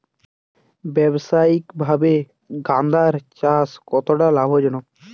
ব্যবসায়িকভাবে গাঁদার চাষ কতটা লাভজনক?